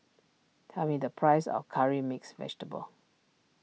tell me the price of Curry Mixed Vegetable